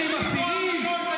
חברה ציבורית בלי תואר ראשון,